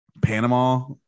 panama